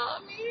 mommy